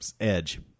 edge